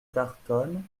tartonne